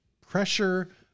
pressure